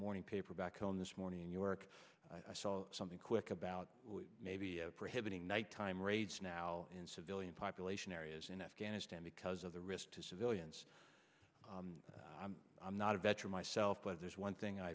morning paper back home this morning york i saw something quick about maybe prohibiting nighttime raids now in civilian population areas in afghanistan because of the risk to civilians i'm not a veteran myself but there's one thing i